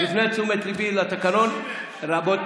הפנו את תשומת ליבי לתקנון, רבותיי,